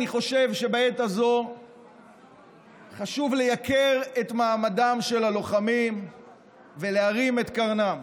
אני חושב שבעת הזו חשוב לייקר את מעמדם של הלוחמים ולהרים את קרנם.